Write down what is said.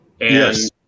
Yes